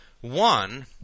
one